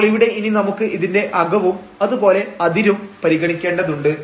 അപ്പോൾ ഇവിടെ ഇനി നമുക്ക് ഇതിന്റെ അകവും അതുപോലെ അതിരും പരിഗണിക്കേണ്ടതുണ്ട്